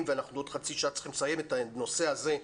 ואנחנו בעוד חצי שעה צריכים לסיים את הנושא הזה,